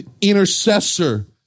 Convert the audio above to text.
intercessor